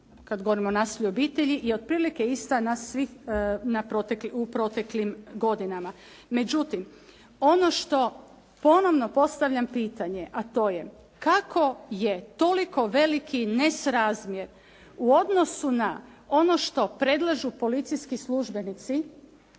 kad govorimo o nasilju u obitelji je otprilike ista u proteklim godinama. Međutim, ono što ponovno postavljam pitanje, a to je kako je toliko veliki nesrazmjer u odnosu na ono što predlažu policijski službenici